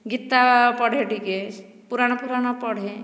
ଗୀତା ପଢ଼େ ଟିକେ ପୁରାଣ ଫୁରାଣ ପଢ଼େ